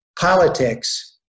politics